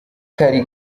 kari